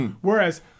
whereas